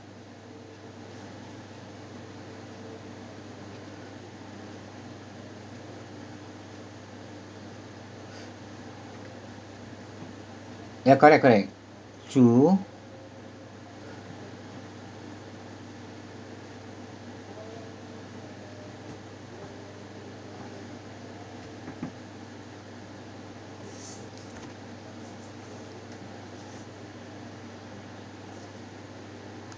ya correct correct true